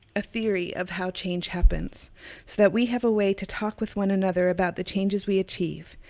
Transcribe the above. a theory of how change happens so that we have a way to talk with one another about the changes we achieve,